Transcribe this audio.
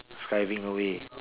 skiving away